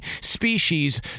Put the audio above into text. species